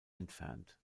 entfernt